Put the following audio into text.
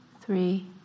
three